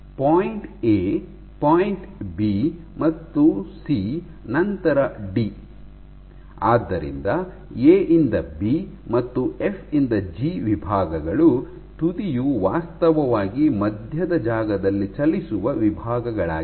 point A point B ಮತ್ತು C ನಂತರ D ಆದ್ದರಿಂದ ಎ ಯಿಂದ ಬಿ ಮತ್ತು ಎಫ್ ಯಿಂದ ಜಿ ವಿಭಾಗಗಳು ತುದಿಯು ವಾಸ್ತವವಾಗಿ ಮಧ್ಯದ ಜಾಗದಲ್ಲಿ ಚಲಿಸುವ ವಿಭಾಗಗಳಾಗಿವೆ